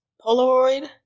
Polaroid